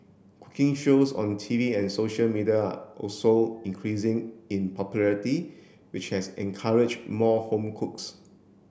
cooking shows on T V and social media are also increasing in popularity which has encouraged more home cooks